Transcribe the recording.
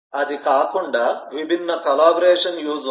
అది కాకుండా విభిన్న కాలాబరేషన్ యూజ్ ఉంది